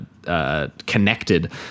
Connected